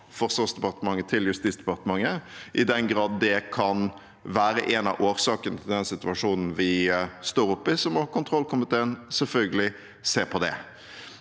Forsvarsdepartementet til Justisdepartementet. I den grad det kan være en av årsakene til den situasjonen vi står oppe i, må kontrollkomiteen selvfølgelig se på det.